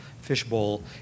fishbowl